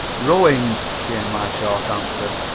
rowing, came my short answer.